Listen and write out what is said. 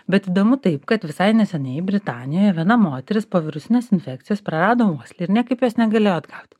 bet įdomu tai kad visai neseniai britanijoje viena moteris po virusinės infekcijos prarado uoslę ir niekaip jos negalėjo atgauti